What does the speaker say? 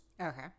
Okay